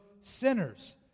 sinners